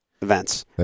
events